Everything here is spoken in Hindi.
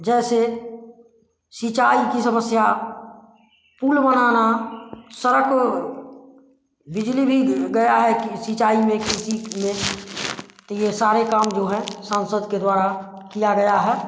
जैसे सिंचाई की समस्या पुल बनाना सड़क बिजली भी गया है कि सिंचाई में किसी में तो ये सारे काम जो है सांसद के द्वारा किया गया है